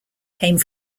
came